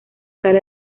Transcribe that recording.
sale